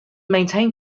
maintain